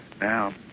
now